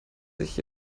sich